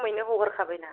खमैनो हगारखाबायना